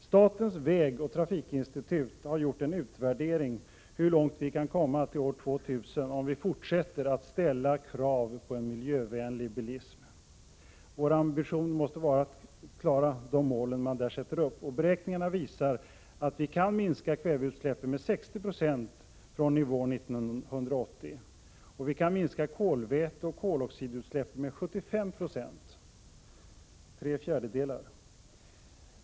Statens vägoch trafikinstitut har gjort en utvärdering av hur långt vi kan komma till år 2000, om vi fortsätter att ställa krav på en miljövänlig bilism. Vår ambition måste vara att klara de mål man där sätter upp. Beräkningar visar att vi kan minska kväveutsläppen med 60 26 från nivån 1980. Vi kan minska kolväteoch koloxidutsläppen med 75 96, alltså tre fjärdedelar.